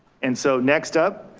and so next up,